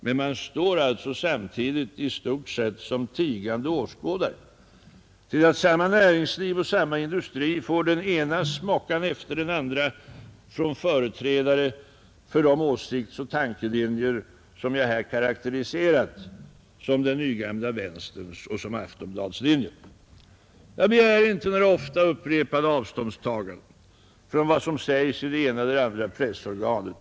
Men den står alltså i stort sett som tigande åskådare till att samma näringsliv och samma industri får den ena smockan efter den andra från företrädare för de åsiktsoch tankelinjer som jag här karakteriserat som den nygamla vänsterns och som Aftonbladslinjens. Jag begär inte några ofta upprepade avståndstaganden från vad som sägs i det ena eller andra pressorganet.